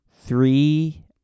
three